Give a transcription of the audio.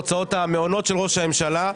הוצאות המעונות של ראש הממשלה,